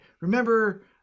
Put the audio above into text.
remember